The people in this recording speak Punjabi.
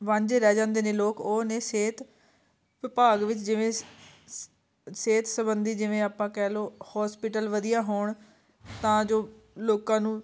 ਵਾਂਝੇ ਰਹਿ ਜਾਂਦੇ ਨੇ ਲੋਕ ਉਹ ਨੇ ਸਿਹਤ ਵਿਭਾਗ ਵਿੱਚ ਜਿਵੇਂ ਸ ਸਿਹਤ ਸੰਬੰਧੀ ਜਿਵੇਂ ਆਪਾਂ ਕਹਿ ਲਉ ਹੋਸਪਿਟਲ ਵਧੀਆ ਹੋਣ ਤਾਂ ਜੋ ਲੋਕਾਂ ਨੂੰ